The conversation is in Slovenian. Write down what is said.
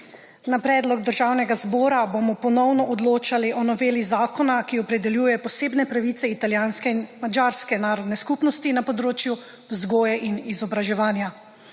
Na predlog Državnega sveta bomo ponovno odločali o noveli zakona, ki opredeljuje posebne pravice italijanske in madžarske narodne skupnosti na področju vzgoje in izobraževanja.